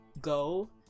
go